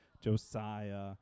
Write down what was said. Josiah